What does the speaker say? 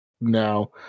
now